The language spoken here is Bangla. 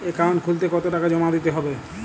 অ্যাকাউন্ট খুলতে কতো টাকা জমা দিতে হবে?